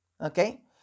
Okay